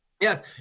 Yes